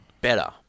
better